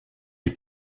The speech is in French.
est